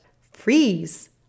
freeze